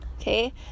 Okay